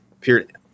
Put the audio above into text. period